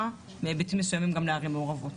בהיבטים מסוימים גם לערים מעורבות.